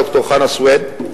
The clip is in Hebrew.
ד"ר חנא סוייד,